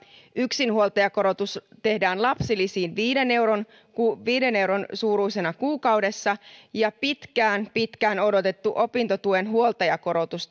yksinhuoltajakorotus tehdään lapsilisiin viiden euron suuruisena kuukaudessa ja pitkään pitkään odotettu opintotuen huoltajakorotus